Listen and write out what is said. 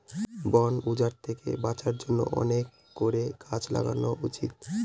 বন উজাড় থেকে বাঁচার জন্য অনেক করে গাছ লাগানো উচিত